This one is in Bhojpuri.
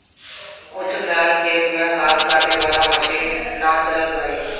ऊंच खाल खेत में घास काटे वाला मशीन ना चल पाई